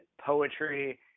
poetry